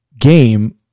game